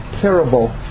terrible